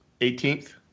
18th